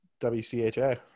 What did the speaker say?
WCHA